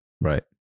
Right